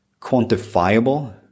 quantifiable